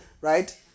right